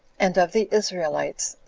and of the israelites,